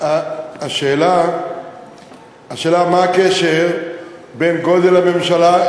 השאלה מה הקשר בין גודל הממשלה,